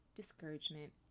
discouragement